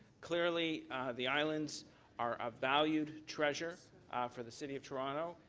clearly the islands are of valued treasure for the city of toronto.